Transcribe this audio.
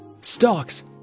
stocks